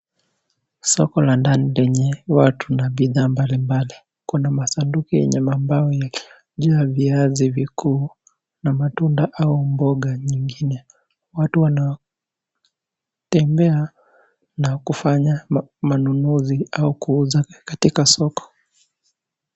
Soko la ndani lenye watu na bidhaa mbalimbali. Kuna masanduku yenye mambao ya jina viazi vikuu na matunda au mboga nyingine. Watu wanatembea na kufanya manunuzi au kuuza katika soko.